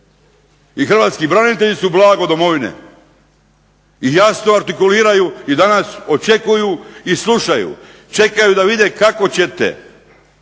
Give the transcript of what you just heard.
I hrvatski branitelji su blago domovine i jasno artikuliraju i danas očekuju i slušaju, čekaju da vide kako ćete